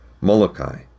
Molokai